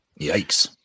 Yikes